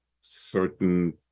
certain